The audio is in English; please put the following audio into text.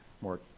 more